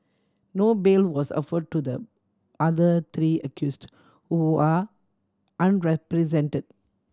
no bail was offer to the other three accused who are unrepresented